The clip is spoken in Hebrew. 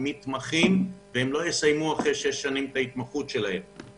הרבה תקנים למתמחים והם לא יסיימו את ההתמחות שלהם אחרי שש שנים.